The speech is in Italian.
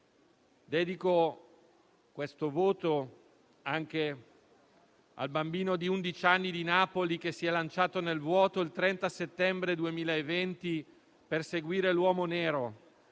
Dedico questo voto anche al bambino di undici anni di Napoli che si è lanciato nel vuoto il 30 settembre 2020 per seguire l'uomo nero